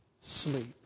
sleep